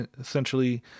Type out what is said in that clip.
essentially